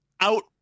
out